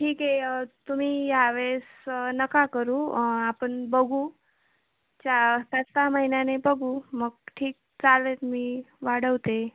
ठीक आहे तुम्ही या वेळेस नका करू आपण बघू चार पाच सहा महिन्याने बघू मग ठीक चालेल मी वाढवते